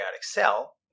cell